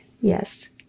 Yes